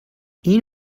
این